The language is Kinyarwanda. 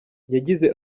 yagize